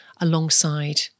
alongside